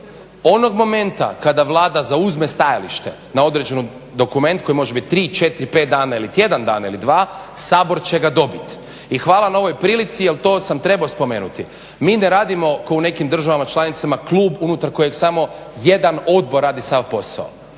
Onog momenta kada Vlada zauzme stajalište na određeni dokument koji može biti 3, 4, 5 dana ili tjedan ili dva Sabor će ga dobiti. I hvala na ovoj prilici jer to sam trebao spomenuti. Mi ne radimo kao u nekim državama članicama klub unutar kojeg samo jedan odbor radi sav posao.